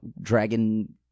dragon